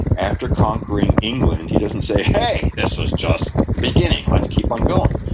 after conquering england, he doesn't say, hey, this was just beginning. let's keep on going.